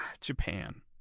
Japan